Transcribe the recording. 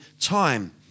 time